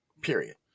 Period